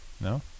No